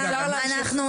על הגב של הילדים האלה,